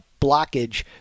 blockage